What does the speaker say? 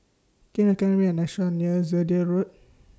Can YOU recommend Me A Restaurant near Zehnder Road